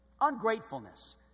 ungratefulness